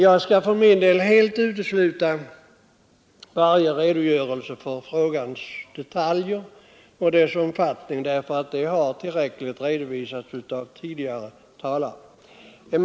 Jag skall för min del helt utesluta varje redogörelse för frågans detaljer och omfattning, eftersom dessa tillräckligt redovisats av föregående talare.